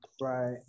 Right